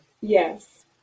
Yes